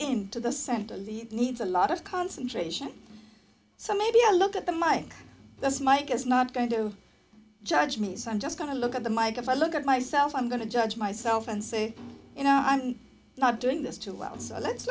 into the center of the needs a lot of concentration so maybe a look at the mike that's mike is not going to judge me so i'm just going to look at the mike i look at myself i'm going to judge myself and say you know i'm not doing this too well so let's